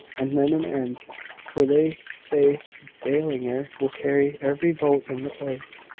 and then an end for they say ballinger will carry every vote in the place.